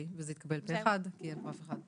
וזה התקבל פה אחד, כי אין פה אף אחד.